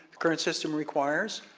the current system requires?